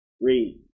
Read